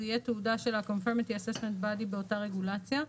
תהיה תעודה של ה-Conformity Assessment Body באותה רגולציה.